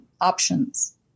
options